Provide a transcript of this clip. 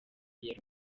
yari